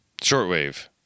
shortwave